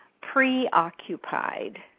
preoccupied